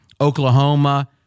Oklahoma